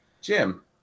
Jim